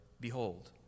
behold